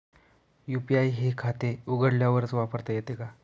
UPI हे खाते उघडल्यावरच वापरता येते का?